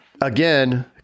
Again